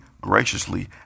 graciously